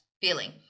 feeling